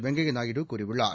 வெங்கய்ய நாயுடு கூறியுள்ளார்